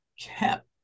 kept